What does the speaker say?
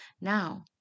now